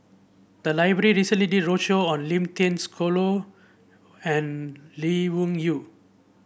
the library recently did a roadshow on Lim Thean Soo and Lee Wung Yew